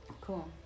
cool